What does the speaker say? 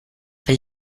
will